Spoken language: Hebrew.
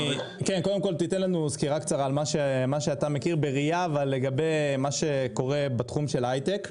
תן לנו סקירה קצרה לגבי מה שקורה בתחום של ההיי-טק.